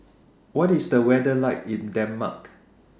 What IS The weather like in Denmark